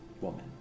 woman